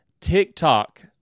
TikTok